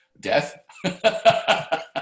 Death